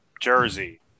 jersey